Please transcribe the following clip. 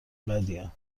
بدیم